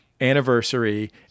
anniversary